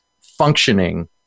functioning